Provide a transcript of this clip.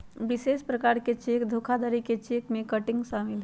विशेष प्रकार के चेक धोखाधड़ी में चेक किटिंग शामिल हइ